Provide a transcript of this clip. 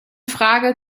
frage